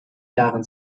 jahren